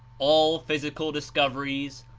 all physical discoveries,